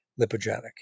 lipogenic